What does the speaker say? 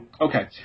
Okay